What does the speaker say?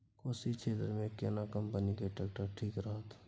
कोशी क्षेत्र मे केना कंपनी के ट्रैक्टर ठीक रहत?